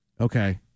Okay